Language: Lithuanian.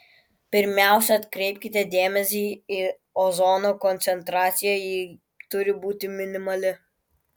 pirmiausia atkreipkite dėmesį į ozono koncentraciją ji turi būti minimali